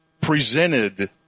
presented